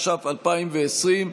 התש"ף 2020,